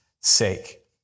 sake